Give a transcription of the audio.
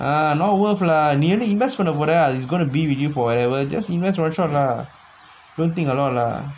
ah not worth lah நீ வந்து:nee vanthu invest பண்ண போற:panna pora is going to be with you forever just invest one shot lah don't think a lot lah